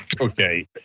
Okay